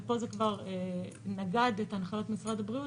ופה זה כבר נגד את הנחיות משרד הבריאות